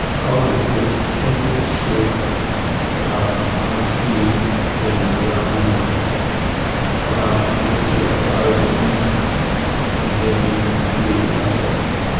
Cow and goat can’t show la kind na feeling like ley know la owner all la people care for how ley will eat and just be playing that’s all.